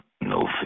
no